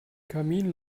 kamin